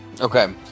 okay